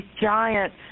giant